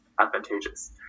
advantageous